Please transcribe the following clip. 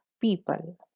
people